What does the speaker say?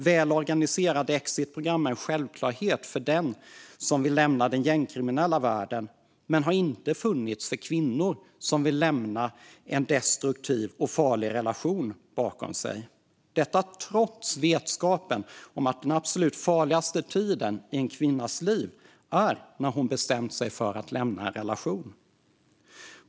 Välorganiserade exitprogram är en självklarhet för den som vill lämna den gängkriminella världen men har inte funnits för kvinnor som vill lämna en destruktiv och farlig relation bakom sig - detta trots vetskapen om att den absolut farligaste tiden i en kvinnas liv är när hon bestämt sig för att lämna en relation.